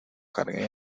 cargué